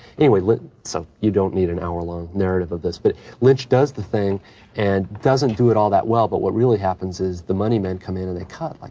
anyway, lynch, so you don't need an hour-long narrative of this, but lynch does the thing and doesn't do it all that well, but what really happens is the money men come in and they cut, like,